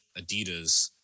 Adidas